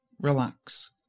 relax